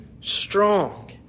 strong